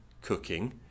cooking